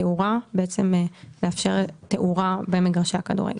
תאורה במגרשי הכדורגל.